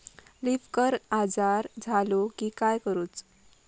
Leaf curl आजार झालो की काय करूच?